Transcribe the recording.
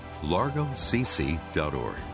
largocc.org